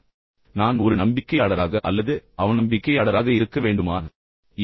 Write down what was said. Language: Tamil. இப்போது நான் ஒரு நம்பிக்கையாளராக இருக்க வேண்டுமா அல்லது அவநம்பிக்கையாளராக இருக்க வேண்டுமா என்று நீங்கள் கேட்கலாம்